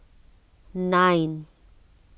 nine